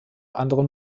anderen